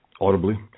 audibly